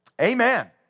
Amen